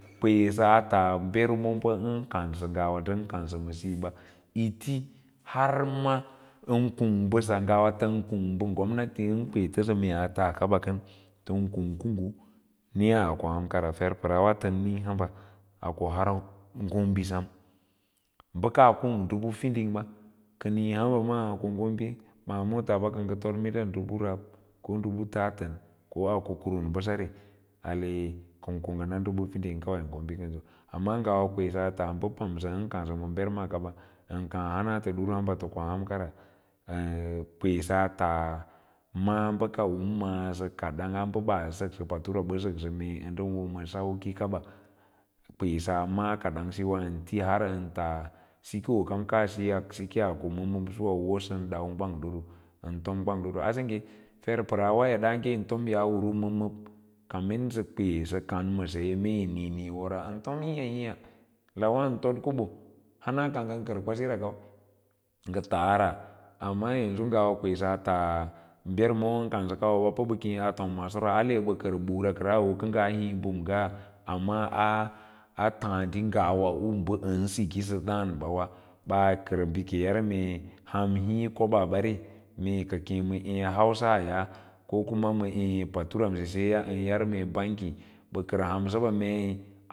Mba yisas ngaa berono ba an kansa ngawa ndan kausawa ma siyo bay i tihar ma an kung basa nguwa ta kungge a tir an kwetasa mee a task an niiya ko ahankara fer para awa tan niiyahamba a koa hav gombi sam a kung dubu fiding ya ka niiya hamba a ko gombi baa mool ba ka nga fod minda dubu rab ko dubu tatsi ko a kuvu basa re ale ko ko nga na dubu fiding awai gombi kanso, amma kwesaa ta ba pamsa an kausa ma bermo kaman an kaa hana ta duwa hanba ko ahankara kwesaa taa maa bka masa kadon a baa atura, oatura ba saksa mee ndan wo ma sauko kaba kwesaa ma’a kadan kawa wanti har a tas sikoo kama ka sik a ko mabmab suwa wosan dau gwang duru. tom gwang duru a sengge fer paraawa edaage yim yaa uru mabmab kamin sa kwe sa kau ma saye mee mii nii yi wora an tom hiihiiya lawan too kobo haa ka ngan kar kwasi ri kau nga taara amra yanzu kwesa ta bermo an kausa kawawa pa aa tom maaso ra ale baka bukra kara u ka ngaa hii mbaba ngga amma taade ngawa mba an sikisa daa ndawa wa a kar bakake anyar mee hau hii kobaa bare mee ka kee ma ee hausaya ko ma ee paturansya an yar mee bank ikan hanssasa mee